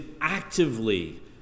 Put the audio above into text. actively